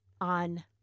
on